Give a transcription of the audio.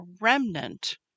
remnant